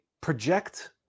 project